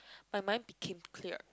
my mind became clear